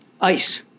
ice